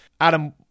Adam